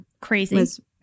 Crazy